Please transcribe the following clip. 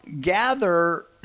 gather